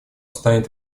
станет